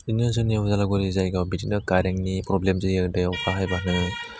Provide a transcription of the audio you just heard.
बिदिनो जोंनि उदालगुरि जायगायाव बिदिनो कारेन्टनि प्रब्लेम जायो दैयाव बाहायबानो